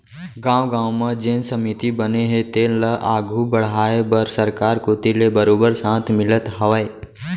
गाँव गाँव म जेन समिति बने हे तेन ल आघू बड़हाय बर सरकार कोती ले बरोबर साथ मिलत हावय